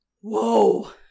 Whoa